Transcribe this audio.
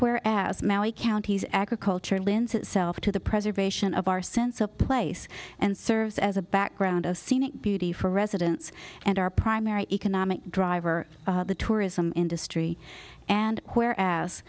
where as maui county's agriculture lin's itself to the preservation of our sense of place and serves as a background of scenic beauty for residents and our primary economic driver the tourism industry and where as